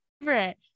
favorite